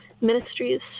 ministries